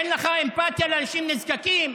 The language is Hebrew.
אין לך אמפתיה לאנשים נזקקים.